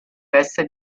veste